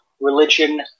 Religion